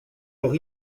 leur